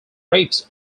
rapes